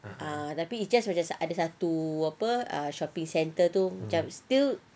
ah tapi it's just macam satu apa shopping centre tu still